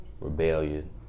rebellion